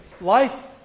life